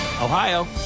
Ohio